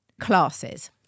classes